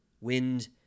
Wind